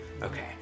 Okay